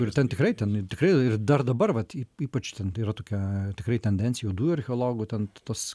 ir ten tikrai ten tikrai ir dar dabar vat y ypač ten yra tokia tikrai tendencija juodųjų archeologų ten tos